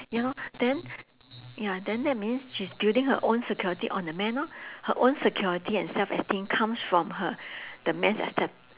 ya lor then ya then that means she's building her own security on the man lor her own security and self esteem comes from her the man's accep~